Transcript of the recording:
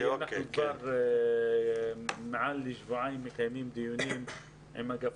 כבר מעל שבועיים אנחנו מקיימים דיונים עם אגף